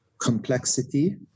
complexity